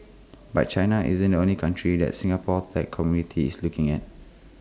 but China isn't only country the Singapore tech community is looking at